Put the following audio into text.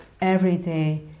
everyday